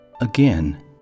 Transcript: Again